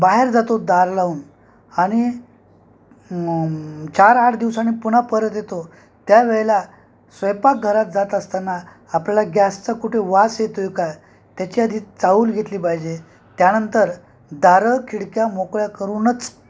बाहेर जातो दार लावून आणि चार आठ दिवसानी पुन्हा परत येतो त्यावेळेला स्वयंपाक घरात जात असताना आपल्याला गॅसचा कुठे वास येतो आहे का त्याची आधी चाहूल घेतली पाहिजे त्यानंतर दारं खिडक्या मोकळ्या करूनचं